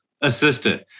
assistant